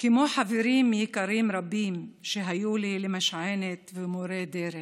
כמו חברים יקרים רבים שהיו לי למשענת ולמורי דרך,